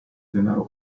denaro